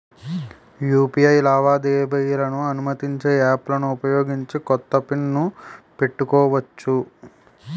UPI లావాదేవీలను అనుమతించే యాప్లలను ఉపయోగించి కొత్త పిన్ ను పెట్టుకోవచ్చు